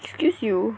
excuse you